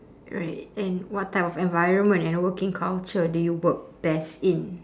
right and what type of environment and working culture do you work best in